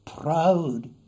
proud